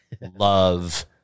love